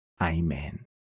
Amen